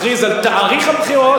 מכריז על תאריך הבחירות,